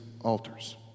altars